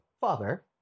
father